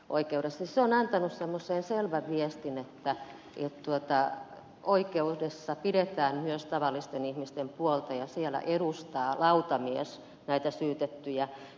se on antanut semmoisen selvän viestin että oikeudessa pidetään myös tavallisten ihmisten puolta ja siellä edustaa lautamies näitä syytettyjä